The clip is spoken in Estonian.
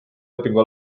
lepingu